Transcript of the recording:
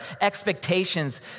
expectations